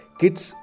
kids